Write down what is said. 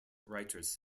writers